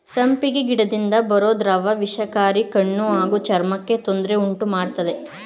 ಸಂಪಿಗೆ ಗಿಡದಿಂದ ಬರೋ ದ್ರವ ವಿಷಕಾರಿ ಕಣ್ಣು ಹಾಗೂ ಚರ್ಮಕ್ಕೆ ತೊಂದ್ರೆ ಉಂಟುಮಾಡ್ತದೆ